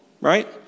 right